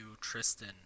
Tristan